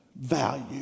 value